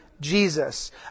Jesus